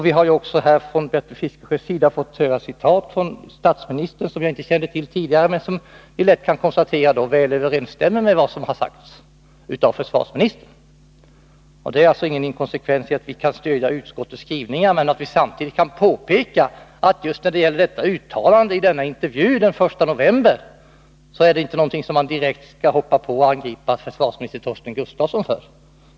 Vi har också av Bertil Fiskesjö fått höra citat från statsministern, som jag inte kände till tidigare men som — det kan vi lätt konstatera — väl överensstämde med vad som sagts av försvarsministern. Det är alltså ingen inkonsekvens i att vi kan stödja utskottets skrivning men samtidigt påpeka att detta uttalande i intervjun den 1 november inte är någonting som man direkt skall angripa försvarsminister Torsten Gustafsson för.